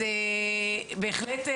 בהחלט,